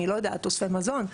אני לא יודעת, תוספי מזון.